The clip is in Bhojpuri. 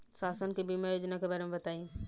शासन के बीमा योजना के बारे में बताईं?